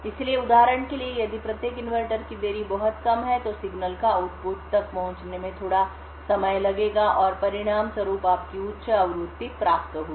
इसलिए उदाहरण के लिए यदि प्रत्येक इन्वर्टर की देरी बहुत कम है तो सिग्नल को आउटपुट तक पहुंचने में थोड़ा समय लगेगा और परिणामस्वरूप आपको उच्च आवृत्ति प्राप्त होगी